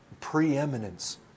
preeminence